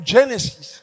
Genesis